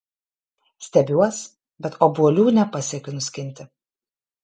stiebiuos bet obuolių nepasiekiu nuskinti